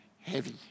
heavy